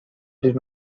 did